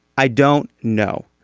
i don't know.